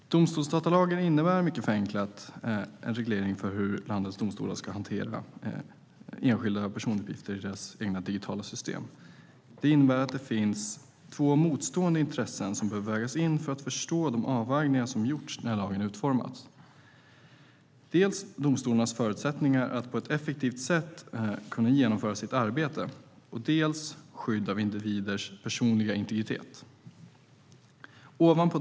Herr talman! Domstolsdatalagen innebär, mycket förenklat, en reglering för hur landets domstolar ska hantera enskildas personuppgifter i deras digitalsystem. Det innebär att det finns två motstående intressen som behöver vägas in för att man ska förstå de avvägningar som har gjorts när lagen utformats. Det gäller dels domstolarnas förutsättningar att på ett effektivt sätt kunna genomföra sitt arbete, dels skyddet av individers personliga integritet.